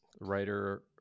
writer